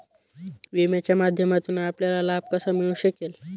विम्याच्या माध्यमातून आपल्याला लाभ कसा मिळू शकेल?